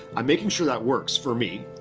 i'm making sure that works for me.